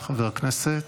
חבר הכנסת,